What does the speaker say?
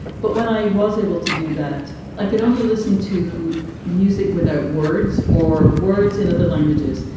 but when i was able to do that, i could only listen to music without words or words in other languages.